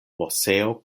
moseo